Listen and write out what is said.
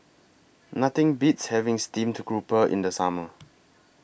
Nothing Beats having Steamed Grouper in The Summer